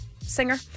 Singer